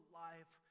life